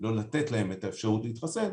לא לתת להם את האפשרות להתחסן,